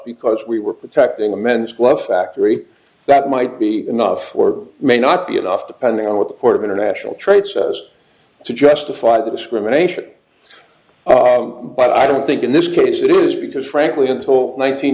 because we were protecting the men's blood factory that might be enough or may not be enough the pending on what the court of international trade says to justify the discrimination but i don't think in this case it is because frankly until